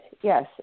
yes